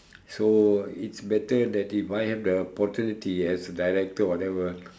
so it's better that if I have the opportunity as the director of whatever